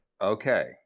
Okay